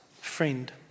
friend